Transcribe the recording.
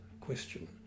question